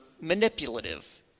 manipulative